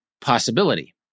possibility